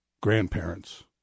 grandparents